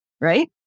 right